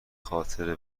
خاطر